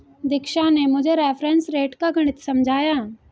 दीक्षा ने मुझे reference rate का गणित समझाया